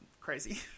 crazy